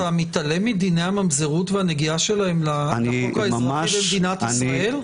אתה מתעלם מדיני הממזרות והנגיעה שלהם לחוק האזרחי במדינת ישראל?